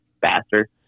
faster